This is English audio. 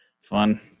Fun